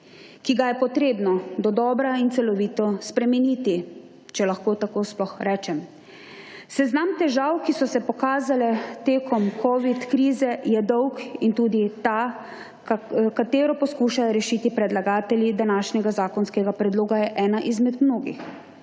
ki ga je potrebno dodobra in celovito spremeniti, če lahko tako sploh rečem. Seznam težav, ki so se pokazale tekom Covid krize, je dolg in tudi ta, katero poskušajo rešiti predlagatelji današnjega zakonskega predloga je ena izmed mnogih.